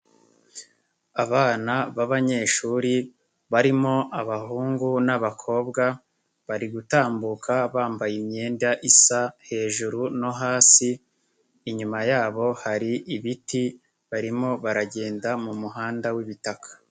Abana b'abanyeshuri barimo abahungu n'abakobwa bari gutambuka bambaye imyenda isa hejuru no hasi, inyuma yabo hari ibiti barimo baragenda mu muhanda w'ibitaka.